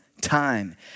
time